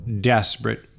desperate